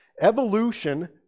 Evolution